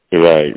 Right